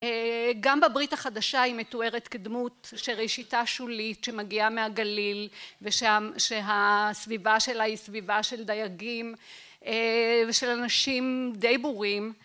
גם בברית החדשה היא מתוארת כדמות שראשיתה שולית, שמגיעה מהגליל ושהסביבה שלה היא סביבה של דייגים ושל אנשים די בורים.